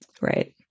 Right